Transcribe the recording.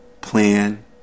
Plan